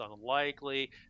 unlikely